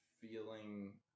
feeling